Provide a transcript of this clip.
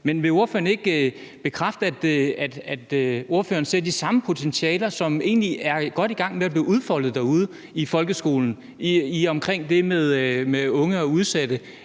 Men vil ordføreren ikke bekræfte, at ordføreren ser de samme potentialer, som egentlig er godt i gang med at blive udfoldet derude i folkeskolen, omkring det med unge og udsatte